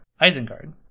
Isengard